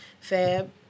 Fab